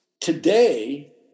today